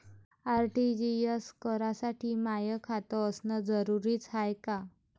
RTGS करासाठी माय खात असनं जरुरीच हाय का?